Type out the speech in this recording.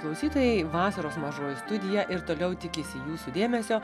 klausytojai vasaros mažoji studija ir toliau tikisi jūsų dėmesio